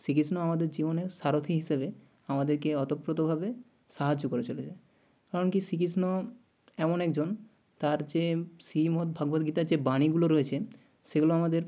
শ্রীকৃষ্ণ আমাদের জীবনে সারথি হিসেবে আমাদেরকে ওতপ্রোতভাবে সাহায্য করে চলেছে কারণ কী শ্রীকৃষ্ণ এমন একজন তার যে শ্রীমদ্ ভাগবত গীতার যে বাণীগুলো রয়েছে সেগুলো আমাদের